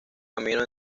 camino